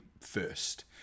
first